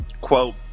Quote